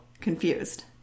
confused